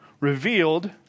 revealed